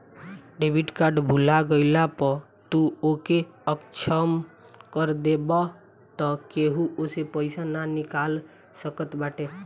debit card भूला गईला पअ तू ओके असक्षम कर देबाअ तअ केहू ओसे पईसा ना निकाल सकत बाटे